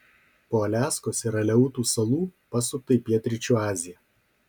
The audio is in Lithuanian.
po aliaskos ir aleutų salų pasukta į pietryčių aziją